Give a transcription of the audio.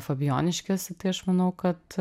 fabijoniškėse tai aš manau kad